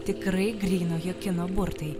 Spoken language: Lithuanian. tikrai grynojo kino burtai